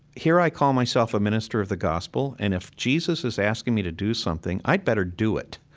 here i call myself a minister of the gospel, and if jesus is asking me to do something, i'd better do it.